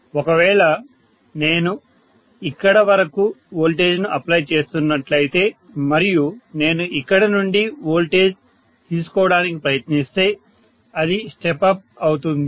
ఒకవేళ నేను ఇక్కడ వరకు వోల్టేజ్ను అప్లై చేస్తున్నట్లయితే మరియు నేను ఇక్కడ నుండి వోల్టేజ్ తీసుకోవడానికి ప్రయత్నిస్తే అది స్టెప్ అప్ అవుతుంది